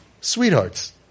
Sweethearts